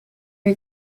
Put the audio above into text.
you